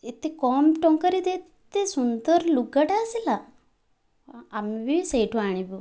ଏତେ କମ ଟଙ୍କାରେ ଏତେ ସୁନ୍ଦର ଲୁଗାଟା ଆସିଲା ଆମେ ବି ସେଇଠୁ ଆଣିବୁ